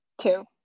Two